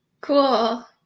Cool